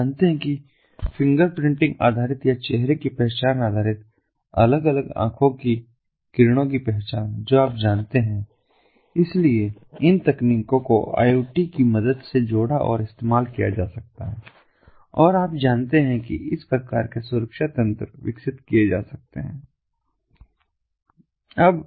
आप जानते हैं कि फिंगरप्रिंटिंग आधारित या चेहरे की पहचान आधारित या अलग अलग आँखों की किरणों की पहचान जो आप जानते हैं इसलिए इन तकनीकों को IoT की मदद से जोड़ा और इस्तेमाल किया जा सकता है और आप जानते हैं कि इस प्रकार के सुरक्षा तंत्र विकसित किए जा सकते हैं